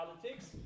politics